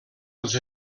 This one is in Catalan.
als